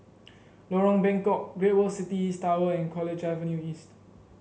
Lorong Bengkok Great World City East Tower and College Avenue East